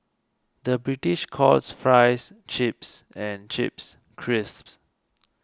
the British calls Fries Chips and Chips Crisps